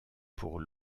pour